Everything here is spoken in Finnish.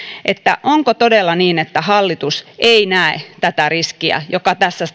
onko todella niin että hallitus ei näe tätä riskiä joka